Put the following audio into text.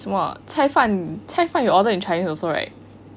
什么菜饭菜饭 you order in chinese also right